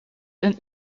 een